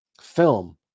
film